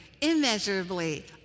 immeasurably